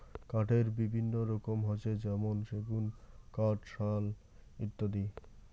কাঠের বিভিন্ন রকম হসে যেমন সেগুন কাঠ, শাল কাঠ ইত্যাদি